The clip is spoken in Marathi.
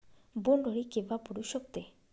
बोंड अळी केव्हा पडू शकते?